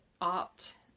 opt